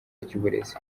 ry’uburezi